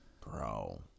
Bro